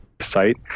site